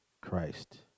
Christ